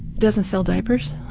doesn't sell dippers?